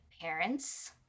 parents